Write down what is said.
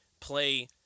play